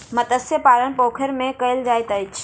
मत्स्य पालन पोखैर में कायल जाइत अछि